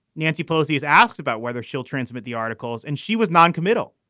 nancy pelosi is asked about whether she'll transmit the articles and she was noncommittal.